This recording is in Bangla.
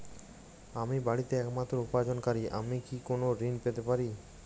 আমি বাড়িতে একমাত্র উপার্জনকারী আমি কি কোনো ঋণ পেতে পারি?